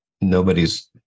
nobody's